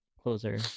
closer